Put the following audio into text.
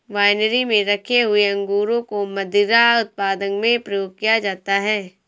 winery में रखे हुए अंगूरों को मदिरा उत्पादन में प्रयोग किया जाता है